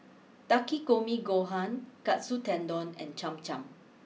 Takikomi Gohan Katsu Tendon and Cham Cham